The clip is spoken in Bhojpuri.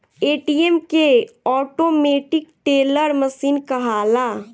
ए.टी.एम के ऑटोमेटीक टेलर मशीन कहाला